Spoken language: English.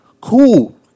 cool